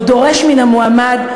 או דורש מן המועמד,